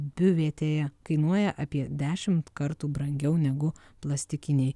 biuvetėje kainuoja apie dešimt kartų brangiau negu plastikiniai